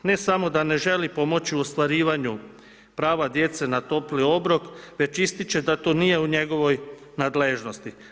Ne samo da ne želi pomoći u ostvarivanju prava djece na topli obrok, već ističe da to nije u njegovoj nadležnosti.